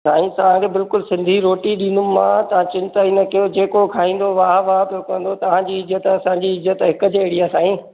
साईं तव्हांजो बिल्कुलु सिंधी रोटी ॾींदुमि मां तव्हां चिंता ई न कयो जेको खाईंदो वाह वाह पियो कंदो तहांजी इज़त असांजी इज़त हिकु जहिड़ी आहे साईं